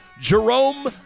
Jerome